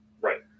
Right